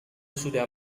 sudah